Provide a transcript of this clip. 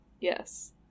Yes